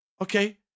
Okay